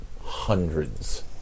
hundreds